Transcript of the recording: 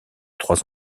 trois